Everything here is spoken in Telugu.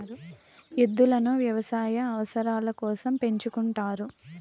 ఎద్దులను వ్యవసాయ అవసరాల కోసం పెంచుకుంటారు